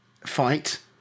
fight